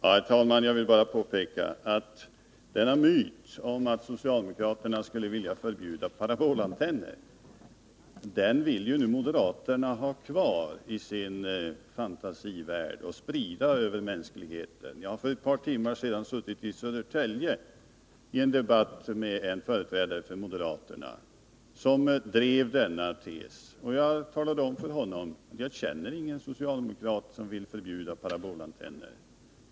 Herr talman! Jag vill bara påpeka att det är en myt att socialdemokraterna skulle vilja förbjuda parabolantenner. Moderaterna vill behålla den myten i sin fantasivärld och sprida den över mänskligheten. Jag satt för ett par timmar sedan i Södertälje i en debatt med en företrädare för moderaterna som drev denna tes. Jag talade om för honom att jag inte känner någon socialdemokrat som vill förbjuda parabolantenner.